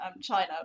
China